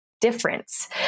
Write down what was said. difference